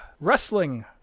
wrestling